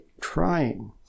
trying